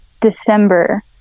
December